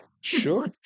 sure